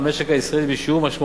וכדאי שתקשיב,